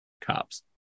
cops